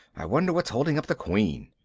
i wonder what's holding up the queen?